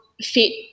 fit